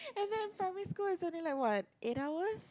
and then primary school is only like what eight hours